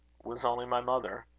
was only my mother,